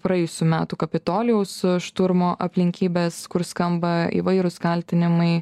praėjusių metų kapitolijaus šturmo aplinkybės kur skamba įvairūs kaltinimai